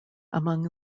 among